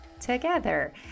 together